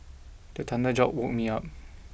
the thunder jolt woke me out